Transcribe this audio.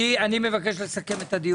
אני מבקש לסכם את הדיון.